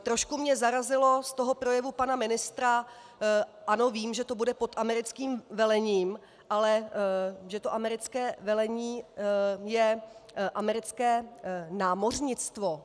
Trošku mě zarazilo z toho projevu pana ministra ano vím, že to bude pod americkým velením ale že to americké velení je americké námořnictvo!